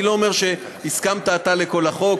אני לא אומר שהסכמת אתה לכל החוק,